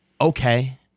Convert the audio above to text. okay